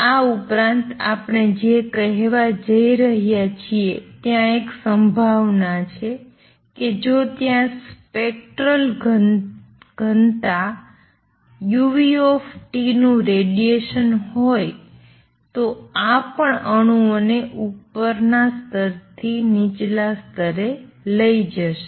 આ ઉપરાંત આપણે જે કહેવા જઈ રહ્યા છીએ ત્યાં એક સંભાવના છે કે જો ત્યાં સ્પેક્ટ્રલ ઘનતા u નું રેડિએશન હોય તો આ પણ અણુઓને ઉપરના સ્તરથી નીચલા સ્તરે લઈ જશે